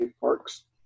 Parks